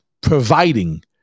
providing